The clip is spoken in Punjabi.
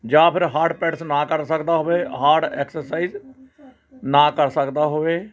ਜਾਂ ਫਿਰ ਹਾਰਟ ਪਿਡਸ ਨਾ ਕਰ ਸਕਦਾ ਹੋਵੇ ਹਾਰਡ ਐਕਸਰਸਾਈਜ਼ ਨਾ ਕਰ ਸਕਦਾ ਹੋਵੇ